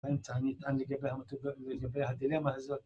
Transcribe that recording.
אני צריכה להתעניין לגבי הדילמה הזאת